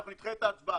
אנחנו נדחה את ההצבעה.